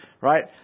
right